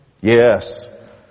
Yes